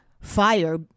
fire